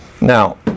Now